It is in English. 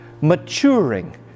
maturing